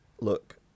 look